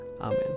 Amen